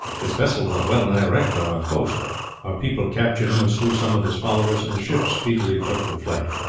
his vessel was well-nigh wrecked on our coast. our people captured him and slew some of his followers, and the ship speedily took to flight.